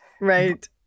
right